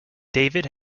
david